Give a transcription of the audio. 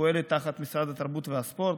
הפועלת תחת משרד התרבות והספורט,